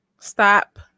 Stop